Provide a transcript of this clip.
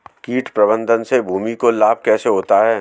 कीट प्रबंधन से भूमि को लाभ कैसे होता है?